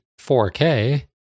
4K